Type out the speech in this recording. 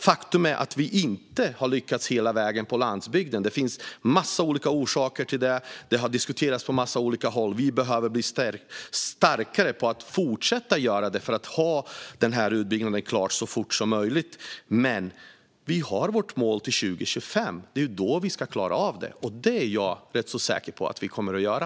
Faktum är också att vi inte har lyckats hela vägen på landsbygden. Det finns en massa olika orsaker till det, och det har diskuterats på en massa olika håll. Vi behöver bli starkare på att fortsätta göra detta för att ha den här utbyggnaden klar så fort som möjligt. Men vi har vårt mål till 2025. Det är då vi ska ha klarat av det, och det är jag rätt så säker på att vi kommer att göra.